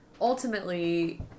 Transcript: ultimately